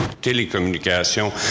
télécommunications